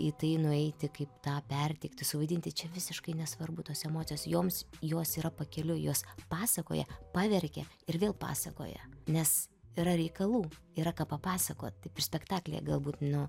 į tai nueiti kaip tą perteikti suvaidinti čia visiškai nesvarbu tos emocijos joms jos yra pakeliui jos pasakoja paverkia ir vėl pasakoja nes yra reikalų yra ką papasakot taip ir spektaklyje galbūt nu